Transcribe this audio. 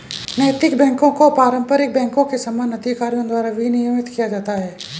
नैतिक बैकों को पारंपरिक बैंकों के समान अधिकारियों द्वारा विनियमित किया जाता है